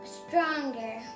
stronger